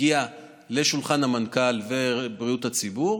הגיעו לשולחן המנכ"ל ובריאות הציבור.